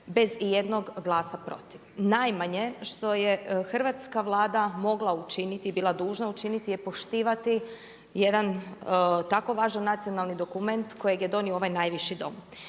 bez ijednog glasa protiv. Najmanje što je hrvatska Vlada mogla učiniti, bila dužna učiniti je poštivati jedan tako važan nacionalni dokument kojeg je donio ovaj najviši Dom.